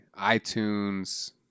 iTunes